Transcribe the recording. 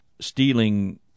stealing